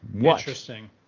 Interesting